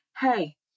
hey